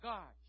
God